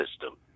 system